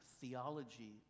theology